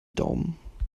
daumen